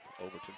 Overton